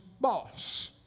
boss